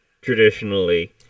traditionally